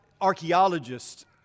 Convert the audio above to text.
archaeologists